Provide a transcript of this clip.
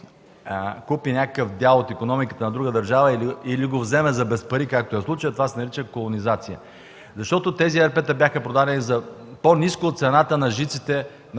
купи някакъв дял от икономиката на друга държава или го вземе за без пари, какъвто е случаят, това се нарича колонизация. Тези ЕРП-та бяха продадени на цена, по-ниска от цената на жиците,